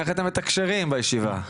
איך אתם מתקשרים בישיבה?